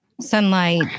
sunlight